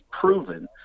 proven